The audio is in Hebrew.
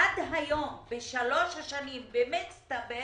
עד היום, בשלוש השנים במצטבר,